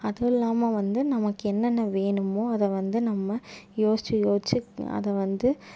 அதுவும் இல்லாமல் வந்து நமக்கு என்னென்ன வேணுமோ அதை வந்து நம்ம யோசித்து யோசித்து அதை வந்து